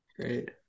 great